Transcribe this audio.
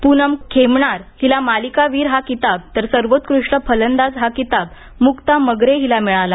प्रनम खेमणार हिला मालिकावीर हा किताब तर सर्वोत्कृष्ट फलंदाज हा किताब मुक्ता मगरे हिला मिळाला